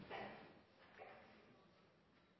nei